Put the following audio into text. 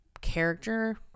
character